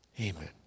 Amen